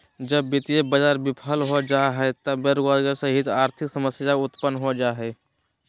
जब वित्तीय बाज़ार बिफल हो जा हइ त बेरोजगारी सहित आर्थिक समस्या उतपन्न हो जा हइ